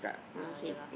no ya lah